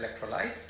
electrolyte